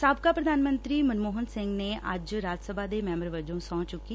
ਸਾਬਕਾ ਪ੍ਰਧਾਨ ਮੰਤਰੀ ਮਨਮੋਹਨ ਸਿੰਘ ਨੇ ਅੱਜ ਰਾਜ ਸਭਾ ਦੇ ਮੈਂਬਰ ਵਜੋਂ ਸਹੁੰ ਚੁੱਕੀ